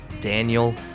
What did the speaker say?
Daniel